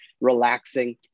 relaxing